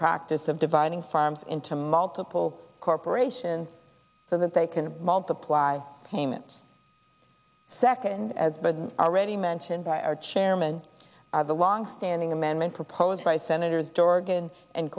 practice of dividing farms into multiple corporations so that they can multiply payment second as but already mentioned by our chairman of the longstanding amendment proposed by senator dorgan and